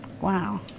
Wow